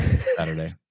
Saturday